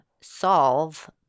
solve